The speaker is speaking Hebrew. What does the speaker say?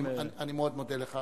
אני מאוד מודה לך.